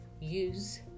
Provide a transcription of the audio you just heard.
use